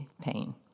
pain